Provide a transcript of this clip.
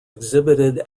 exhibited